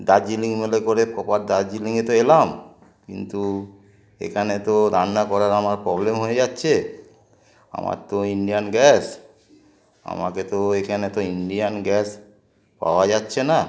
দার্জিলিং মেলে করে প্রপার দার্জিলিংয়ে তো এলাম কিন্তু এখানে তো রান্না করার আমার প্রবলেম হয়ে যাচ্ছে আমার তো ইন্ডিয়ান গ্যাস আমাকে তো এখানে তো ইন্ডিয়ান গ্যাস পাওয়া যাচ্ছে না